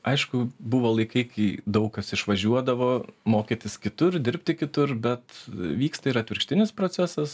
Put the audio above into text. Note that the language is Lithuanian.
aišku buvo laikai kai daug kas išvažiuodavo mokytis kitur dirbti kitur bet vyksta ir atvirkštinis procesas